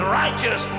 righteous